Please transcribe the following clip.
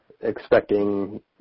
expecting